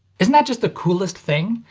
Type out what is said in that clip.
isn't that just the coolest thing?